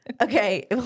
Okay